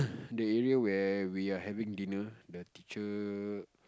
the area where we are having dinner the teacher